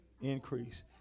increase